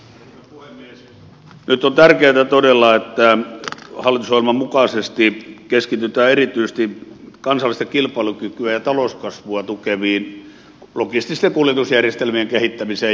nyt on tärkeätä todella että hallitusohjelman mukaisesti keskitytään erityisesti kansallista kilpailukykyä ja talouskasvua tukevien logististen kuljetusjärjestelmien kehittämiseen